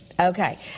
Okay